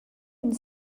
une